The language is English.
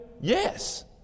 Yes